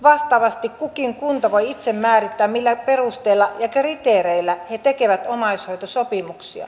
vastaavasti kukin kunta voi itse määrittää millä perusteella ja kriteereillä he tekevät omaishoitosopimuksia